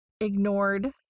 ignored